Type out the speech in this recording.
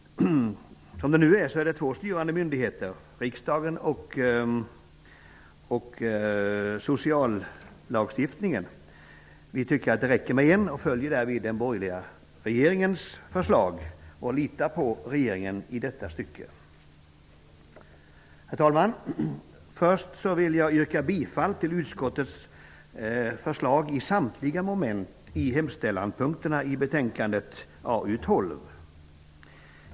I dag finns två styrande delar, riskdagen och sociallagstiftningen. Vi tycker att det räcker med en och följer därvid den borgerliga regeringens förslag. Vi litar på regeringen i detta stycke. Herr talman! Först vill jag yrka bifall till utskottets förslag i samtliga moment i hemställanspunkterna i betänkande AU12.